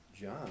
John